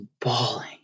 bawling